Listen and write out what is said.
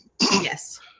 Yes